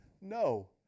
no